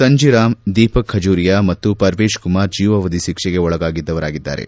ಸಂಜಿ ರಾಮ್ ದೀಪಕ್ ಖಜುರಿಯಾ ಮತ್ತು ಪರ್ವೇತ್ ಕುಮಾರ್ ಜೀವಾವಧಿ ಶಿಕ್ಷೆಗೆ ಒಳಗಾದವರಾಗಿದ್ದಾರೆ